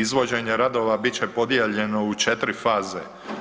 Izvođenje radova bit će podijeljeno u 4 faze,